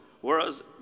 whereas